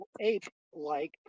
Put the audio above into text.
ape-like